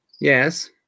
Yes